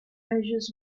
measures